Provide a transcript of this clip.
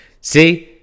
see